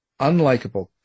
unlikable